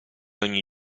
ogni